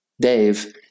Dave